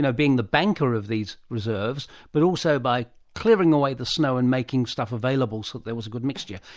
ah being the banker of these reserves, but also by clearing away the snow and making stuff available so that there was a good mixture.